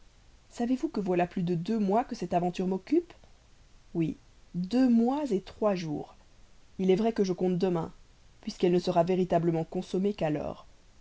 savez-vous que voilà plus de deux mois que cette aventure m'occupe oui deux mois trois jours il est vrai que je compte demain puisqu'elle ne sera véritablement consommée qu'alors